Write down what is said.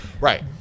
Right